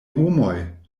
homoj